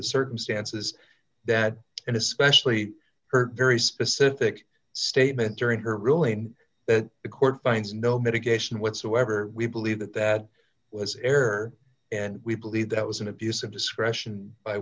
the circumstances that and especially her very specific statement during her ruling that the court finds no mitigation whatsoever we believe that that was error and we believe that was an abuse of discretion by